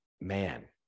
man